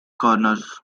corners